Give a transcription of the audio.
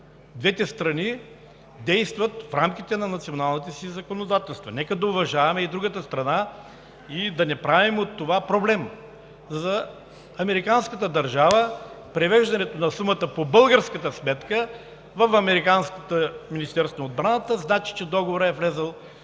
Двете страни действат в рамките на националните си законодателства. Нека да уважаваме и другата страна и да не правим от това проблем. За американската държава превеждането на сумата по българската сметка в американското Министерство на отбраната значи, че договорът е влязъл